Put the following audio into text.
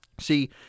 See